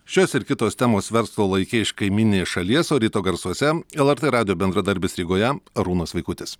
šios ir kitos temos verslo laike iš kaimyninės šalies o ryto garsuose lrt radijo bendradarbis rygoje arūnas vaikutis